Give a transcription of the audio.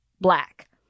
black